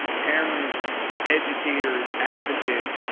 parents, educators, advocates,